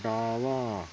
डावा